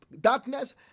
darkness